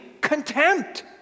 contempt